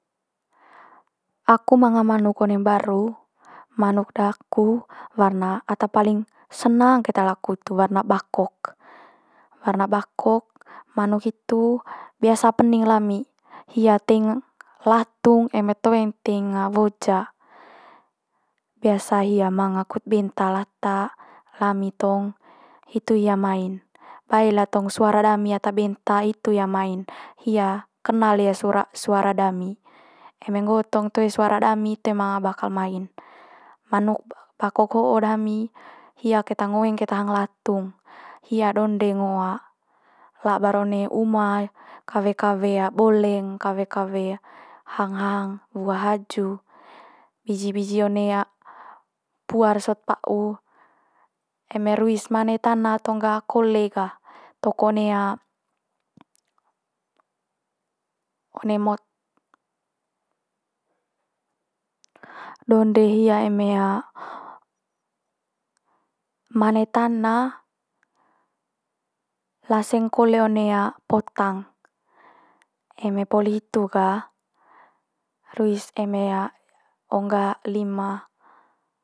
Aku manga manuk one mbaru, manuk daku warna ata paling senang keta laku tu warna bakok, warna bakok manuk hitu biasa pening lami. Hia teing latung eme toe teing woja. Biasa hia eme manga kut benta lata, lami tong hitu hia mai'n. Bae lia suara dami ata benta itu hia mai'n. Hia kenal le hia suara suara dami. Eme nggo tong toe suara dami toe ma bakal mai'n. Manuk ba- bakok ho'o dami hia keta ngoeng keta hang latung. Hia donde ngo labar one uma kawe kawe boleng, kawe kawe hang hang, wua haju, biji biji one puar sot pa'u. Eme ruis mane tana tong gah kole gah toko one. Donde hia eme mane tana laseng kole one potang. Eme poli hitu gah, ruis eme.